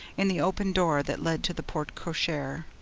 in the open door that led to the porte-cochere.